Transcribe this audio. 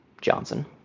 Johnson